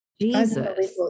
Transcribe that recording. Jesus